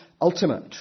ultimate